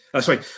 Sorry